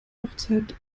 hochzeit